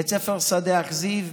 בית ספר שדה אכזיב,